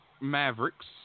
Mavericks